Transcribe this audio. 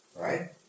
right